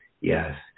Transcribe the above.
yes